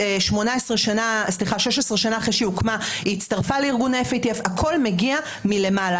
16 שנה אחרי שהיא הוקמה היא הצטרפה לארגוני AFTF. הכול מגיע מלמעלה.